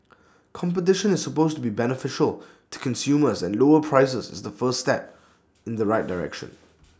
competition is supposed to be beneficial to consumers and lower prices is the first step in the right direction